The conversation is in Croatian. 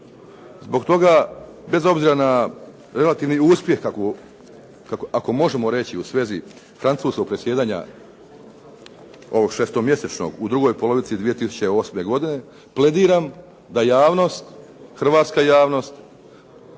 Zbog toga, bez obzira na relativni uspjeh ako možemo reći, u svezi francuskog predsjedanja, ovog 6.-mjesečnog u drugoj polovici 2008. godine, plediram da javnost, hrvatska javnost